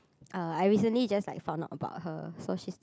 uh I recently just like found out about her so she's